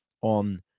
on